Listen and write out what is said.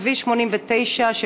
כביש 89,